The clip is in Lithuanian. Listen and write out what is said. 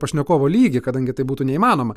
pašnekovo lygį kadangi tai būtų neįmanoma